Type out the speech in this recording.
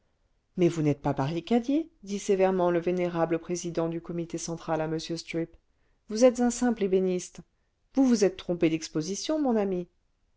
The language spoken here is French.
mais vous n'êtes pas barricadier dit sévèrement le vénérable président du comité central à m stripp vous êtes un simple ébéniste vous vous êtes trompé d'exposition mon ami